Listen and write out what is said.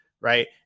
Right